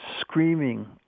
screaming